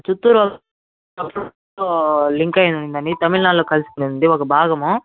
చిత్తూరు ఒక లింక్ అయ్యుందండి తమిళనాడులో కలిసిపోయుంది ఒక భాగము